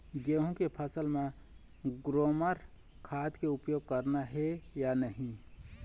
गेहूं के फसल म ग्रोमर खाद के उपयोग करना ये या नहीं?